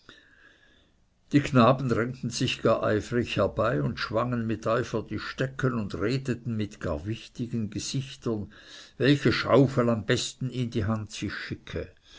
die knaben drängten sich gar eifrig herbei und schwangen mit eifer die stecken und redeten mit gar wichtigen gesichtern welche schaufel am besten in die hand sich schicke